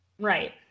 Right